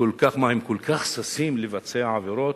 כל כך ששים לבצע עבירות?